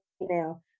now